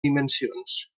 dimensions